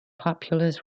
populous